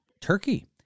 Turkey